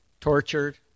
tortured